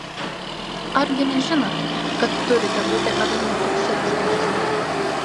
argi nežinot kad turite būti avimi tik šou žvaigždžių